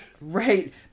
Right